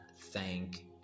thank